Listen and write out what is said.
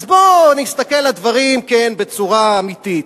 אז, בוא ונסתכל על הדברים בצורה אמיתית.